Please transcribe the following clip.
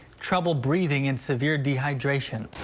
trouble, breathing and severe dehydration.